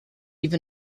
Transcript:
even